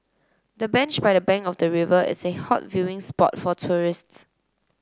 the bench by the bank of the river is a hot viewing spot for tourists